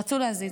רצו להזיז.